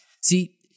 See